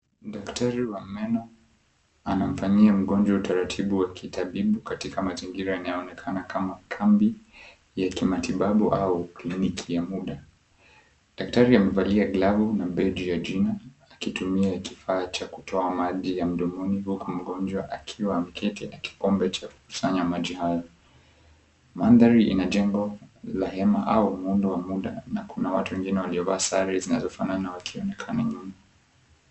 Daktari wa meno, anamfanyia mgonjwa utaratibu wa kitabibu, katika mazingira yanayoonekana kama kambi ya kimatibabu au kliniki ya muda. Daktari amevalia glavu na beji ya jina, akitumia kifaa cha kutoa maji ya mdomoni huku mgonjwa akiwa ameketi na kikombe cha kukusanya maji hayo. Mandhari ina jengo pa hema au muundo wa muda. Na kuna watu wengine waliovaa sare zinazofanana nyuma.